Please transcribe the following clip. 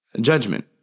judgment